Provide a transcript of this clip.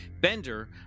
Bender